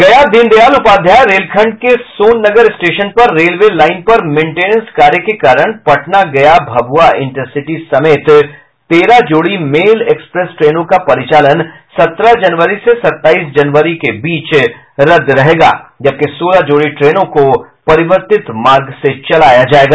गया दीनदयाल उपाध्याय रेलखंड के सोन नगर स्टेशन पर रेलवे लाइन पर मेटेनेंस कार्य के कारण पटना गया भभुआ इंटरसिटी समेत तेरह जोड़ी मेल एक्सप्रेस ट्रेनों का परिचालन सत्रह जनवरी से सत्ताईस जनवरी के बीच रद्द रहेगा जबकि सोलह जोड़ी ट्रेनों को परिवर्तित मार्ग से चलाया जायेगा